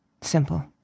Simple